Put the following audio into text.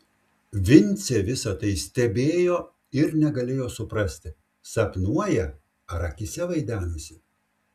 vincė visa tai stebėjo ir negalėjo suprasti sapnuoja ar akyse vaidenasi